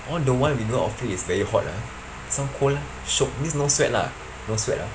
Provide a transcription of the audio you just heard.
all the while we know outfield is very hot ah so cold lah shiok means no sweat lah no sweat ah